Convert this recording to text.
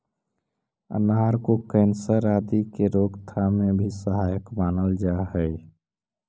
अनार को कैंसर आदि के रोकथाम में भी सहायक मानल जा हई